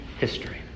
history